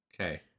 Okay